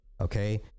okay